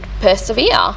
persevere